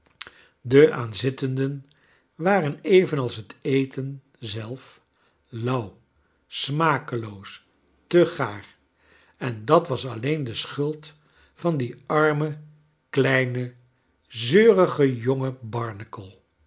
de aanzittenden waren evenals het eten zelf lauw smakeloos te gaar en dat was alleen de schuld van dien armen kleinen zeurigen jongen barnacle